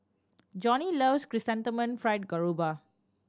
Joni loves Chrysanthemum Fried Garoupa